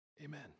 Amen